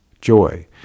joy